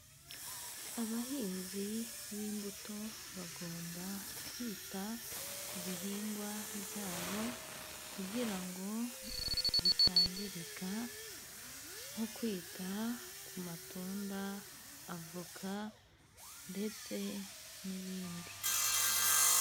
Abahinzi b'imbuto bagomba kwita ku bihingwa byabo kugira ngo bitangirika. Nko kwita ku matunda, avoka ndetse n'ibindi.